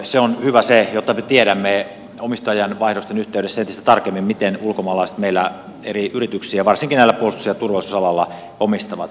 se on hyvä jotta me tiedämme omistajanvaihdosten yhteydessä entistä tarkemmin miten ulkomaalaiset meillä eri yrityksiä varsinkin näillä puolustus ja turvallisuusaloilla omistavat